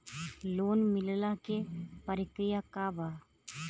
Loan मिलेला के प्रक्रिया का बा?